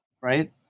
right